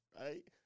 right